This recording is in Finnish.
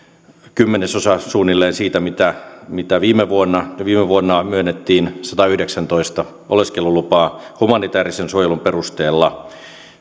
kymmenesosa siitä mitä mitä viime vuonna ja viime vuonnahan myönnettiin satayhdeksäntoista oleskelulupaa humanitäärisen suojelun perusteella